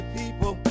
people